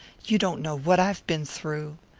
you don't know what i've been through.